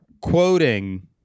quoting